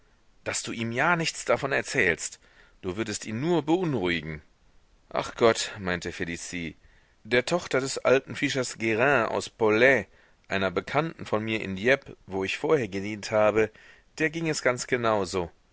daß du ihm ja nichts davon erzählst du würdest ihn nur beunruhigen ach gott meinte felicie der tochter des alten fischers gurin aus pollet einer bekannten von mir in dieppe wo ich vorher gedient habe der ging es ganz genau so